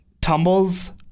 tumbles